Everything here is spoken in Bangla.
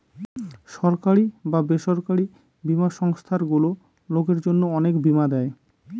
সরকারি বা বেসরকারি বীমা সংস্থারগুলো লোকের জন্য অনেক বীমা দেয়